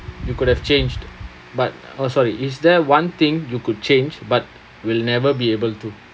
you could have changed but oh sorry is there one thing you could change but will never be able to